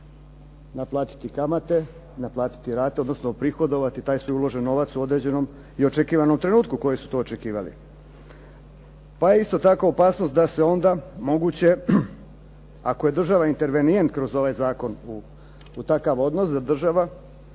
naplatiti kamate, naplatiti rate, odnosno uprihodovati taj sve uloženi novac u određenom i očekivanom trenutku koji su to očekivali. Pa isto tako opasnost da se isto tako moguće, ako je država intervenijent kroz ovaj zakon u takav odnos da država